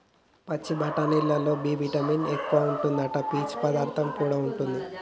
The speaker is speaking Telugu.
పచ్చి బఠానీలల్లో బి విటమిన్ ఎక్కువుంటాదట, పీచు పదార్థం కూడా ఉంటది